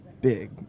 big